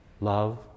love